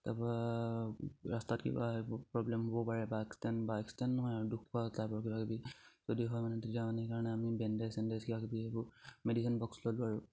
তাৰপা ৰাস্তাত কিবা এইবোৰ প্ৰব্লেম হ'ব পাৰে বা এক্সিডেন্ট বা এক্সিডেন্ট নহয় আৰু দুখ খোৱা যাব কিবা কিবি যদি হয় মানে তেতিয়া মানে কাৰণে আমি বেণ্ডেজ ছেণ্ডেজ কিবা কিবি সেইবোৰ মেডিচিন বক্স ল'লো বাৰু